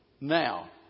Now